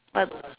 but